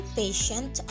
patient